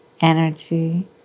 energy